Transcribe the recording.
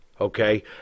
okay